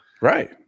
right